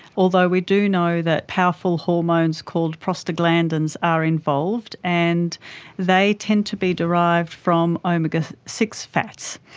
although we do know that powerful hormones called prostaglandins are involved, and they tend to be derived from omega six fats.